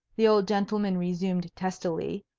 the old gentleman resumed testily,